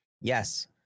Yes